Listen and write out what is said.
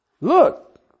Look